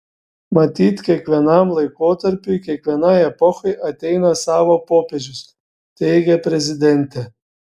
matyt kiekvienam laikotarpiui kiekvienai epochai ateina savo popiežius teigė prezidentė